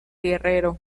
guerrero